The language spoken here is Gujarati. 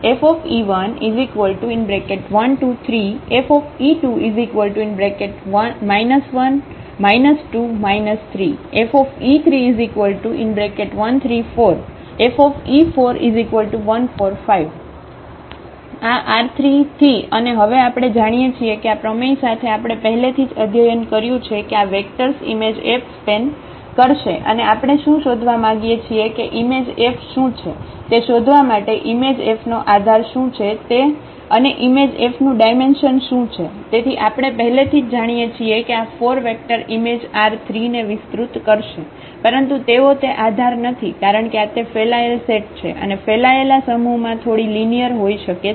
Fe1123 Fe2 1 2 3 Fe3134 Fe4145 આ R3 થી અને હવે આપણે જાણીએ છીએ કે આ પ્રમેય સાથે આપણે પહેલેથી જ અધ્યયન કર્યું છે કે આ વેક્ટર્સ ઇમેજ F સ્પેન કરશે અને આપણે શું શોધવા માગીએ છીએ કે ઈમેજ F શું છે તે શોધવા માટે ઈમેજ F નો આધાર શું છે તે શું છે અને ઇમેજ F નું ડાયમેન્શન શું છે તેથી આપણે પહેલેથી જ જાણીએ છીએ કે આ 4 વેક્ટર ઇમેજ આર 3 ને વિસ્તૃત કરશે પરંતુ તેઓ તે આધાર નથી કારણ કે આ તે ફેલાયેલ સેટ છે અને ફેલાયેલા સમૂહમાં થોડી લિનિયર હોઇ શકે છે